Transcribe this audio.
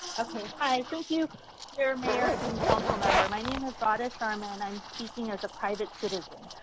okay, hi, thank you mayor mayor and council member. my name is radha sharma and i'm speaking as a private citizen.